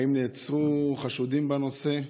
האם נעצרו חשודים בנושא?